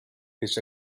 his